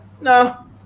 no